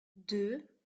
deux